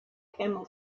camel